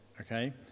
Okay